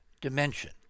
dimension